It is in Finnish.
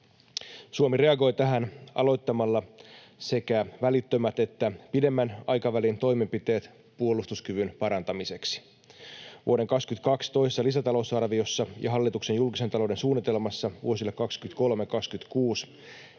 Suomi reagoi tähän aloittamalla sekä välittömät että pidemmän aikavälin toimenpiteet puolustuskyvyn parantamiseksi. Vuoden 22 toisessa lisätalousarviossa ja hallituksen julkisen talouden suunnitelmassa vuosille 23—26